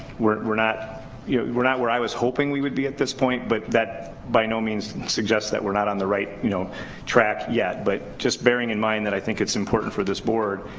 we're not yeah we're not where i was hoping we would be at this point, but that by no means suggests that we're not on the right you know track yet. but just bearing in mind that i think it's important for this board,